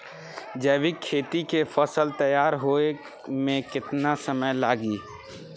जैविक खेती के फसल तैयार होए मे केतना समय लागी?